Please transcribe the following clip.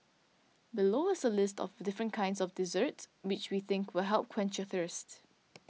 below is a list of different kinds of desserts which we think will help quench your thirst